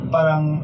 Parang